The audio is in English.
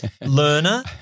Learner